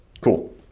Cool